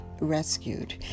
rescued